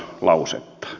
kiitoksia